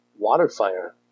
Waterfire